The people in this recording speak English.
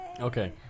Okay